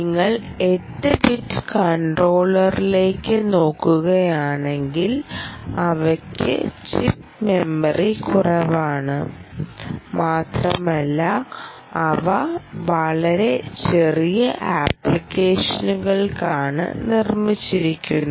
നിങ്ങൾ 8 ബിറ്റ് കണ്ട്രോളറുകളിലേക്ക് നോക്കുകയാണെങ്കിൽ അവയ്ക്ക് ചിപ്പ് മെമ്മറി കുറവാണ് മാത്രമല്ല അവ വളരെ ചെറിയ ആപ്ലിക്കേഷനുകൾക്കാണ് നിർമ്മിച്ചിരിക്കുന്നത്